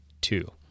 two